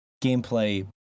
gameplay